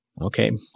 Okay